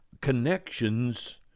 connections